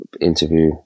interview